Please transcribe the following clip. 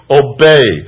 obey